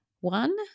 One